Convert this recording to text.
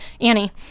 Annie